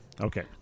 Okay